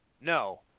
No